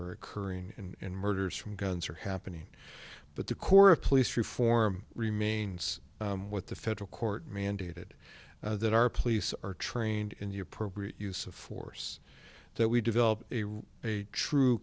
are occurring and murders from guns are happening but the core of police reform remains what the federal court mandated that our police are trained in the appropriate use of force that we develop a true